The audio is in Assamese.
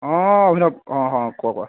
অভিনৱ কোৱা কোৱা